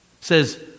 says